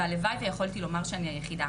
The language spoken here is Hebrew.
והלוואי ויכולתי לומר שאני היחידה.